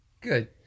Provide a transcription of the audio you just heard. Good